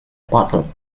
bottle